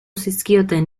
zizkioten